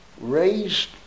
raised